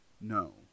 no